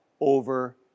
over